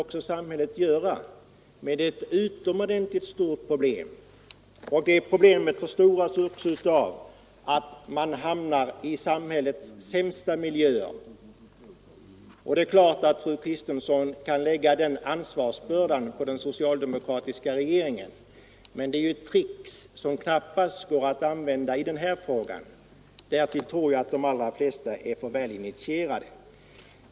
Det är dock ett utomordentligt stort problem. Problemet förstoras dessutom av att dessa människor hamnar i samhällets sämsta miljöer. Det är klart att fru Kristensson kan lägga den ansvarsbördan på den socialdemokratiska regeringen, men detta är ju trick som knappast går att använda i den här frågan; därtill tror jag att de allra flesta är alltför välinitierade.